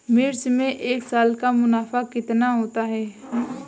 मिर्च से एक साल का मुनाफा कितना होता है?